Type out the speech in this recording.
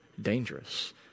dangerous